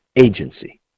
Agency